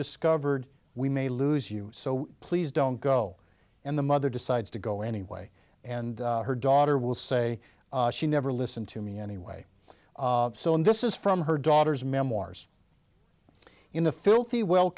discovered we may lose you so please don't go and the mother decides to go anyway and her daughter will say she never listen to me anyway so and this is from her daughter's memoirs in a filthy well